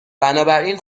بنابراین